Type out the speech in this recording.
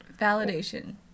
Validation